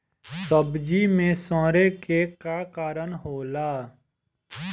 सब्जी में सड़े के का कारण होला?